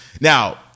Now